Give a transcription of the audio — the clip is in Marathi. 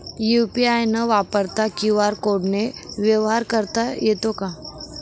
यू.पी.आय न वापरता क्यू.आर कोडने व्यवहार करता येतो का?